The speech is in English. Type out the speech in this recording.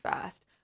first